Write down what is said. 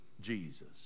Jesus